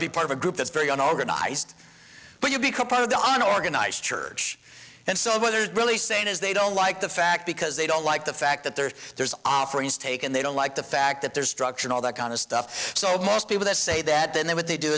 to be part of a group that's very organized but you become part of the an organized church and so whether it's really saying is they don't like the fact because they don't like the fact that there's there's offerings taken they don't like the fact that they're structured all that kind of stuff so most people that say that then they would they do